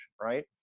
right